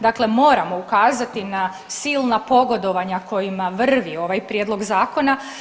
Dakle, moramo ukazati na silna pogodovanja kojima vrvi ovaj prijedlog zakona.